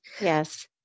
yes